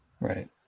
Right